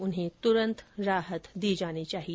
उन्हें तुरन्त राहत दी जानी चाहिए